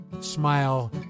smile